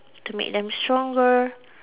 to make them stronger